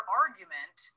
argument